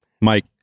Mike